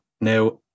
Now